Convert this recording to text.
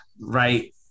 right